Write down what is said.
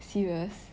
serious